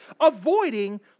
avoiding